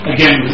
Again